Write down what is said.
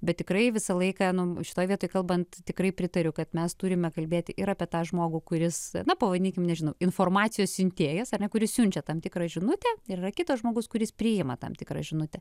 bet tikrai visą laiką nu šitoj vietoj kalbant tikrai pritariu kad mes turime kalbėti ir apie tą žmogų kuris na pavadinkim nežinau informacijos siuntėjas ar ne kuris siunčia tam tikrą žinutę ir yra kitas žmogus kuris priima tam tikrą žinutę